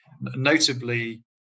Notably